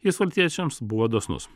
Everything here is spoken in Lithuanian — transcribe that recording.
jis valstiečiams buvo dosnus